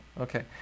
Okay